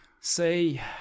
say